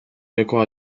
recò